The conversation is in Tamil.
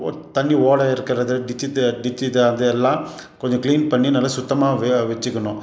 ஓர் தண்ணி ஓடை இருக்கிறது டிச்சி டிச்சி இது அது எல்லாம் கொஞ்சம் க்ளீன் பண்ணி நல்ல சுத்தமாக வெ வெச்சுக்கணும்